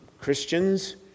Christians